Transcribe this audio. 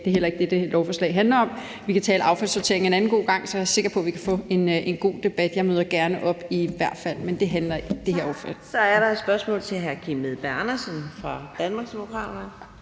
Det er heller ikke det, det lovforslag handler om. Vi kan tale affaldssortering en anden god gang. Så er jeg sikker på, at vi kan få en god debat. Jeg møder i hvert fald gerne op. Kl. 12:52 Anden næstformand (Karina Adsbøl): Tak. Så er der et spørgsmål fra hr. Kim Edberg Andersen fra Danmarksdemokraterne.